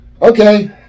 Okay